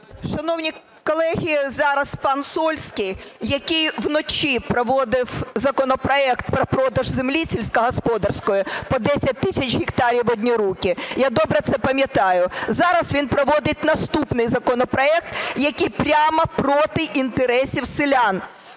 Шановні колеги, зараз пан Сольський, який вночі проводив законопроект про продаж землі сільськогосподарської по 10 тисяч гектарів в одні руки, я добре це пам'ятаю, зараз він проводить наступний законопроект, який прямо проти інтересів селян,